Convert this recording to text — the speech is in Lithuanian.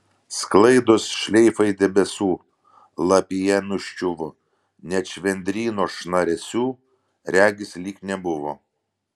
sklaidos šleifai debesų lapija nuščiuvo net švendryno šnaresių regis lyg nebuvo